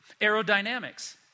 Aerodynamics